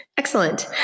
Excellent